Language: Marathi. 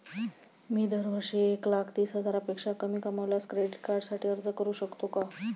मी दरवर्षी एक लाख तीस हजारापेक्षा कमी कमावल्यास क्रेडिट कार्डसाठी अर्ज करू शकतो का?